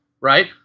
right